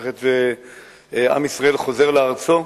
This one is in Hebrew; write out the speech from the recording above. ועם ישראל חוזר לארצו,